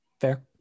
Fair